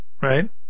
Right